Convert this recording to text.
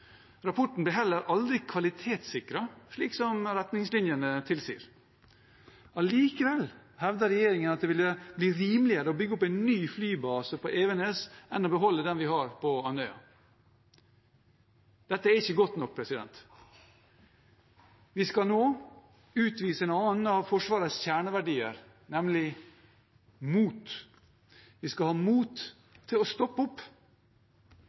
Rapporten ble heller aldri kvalitetssikret, slik retningslinjene tilsier. Allikevel hevdet regjeringen at det ville bli rimeligere å bygge opp en ny flybase på Evenes enn å beholde den vi har på Andøya. Dette er ikke godt nok. Vi skal nå utvise en annen av Forsvarets kjerneverdier, nemlig mot. Vi skal ha mot til å stoppe opp